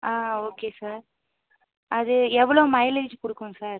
ஆ okay sir அது எவ்வளோ mileage கொடுக்கும் சார்